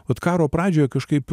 vat karo pradžioje kažkaip